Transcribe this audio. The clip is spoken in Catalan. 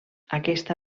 aquesta